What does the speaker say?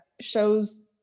shows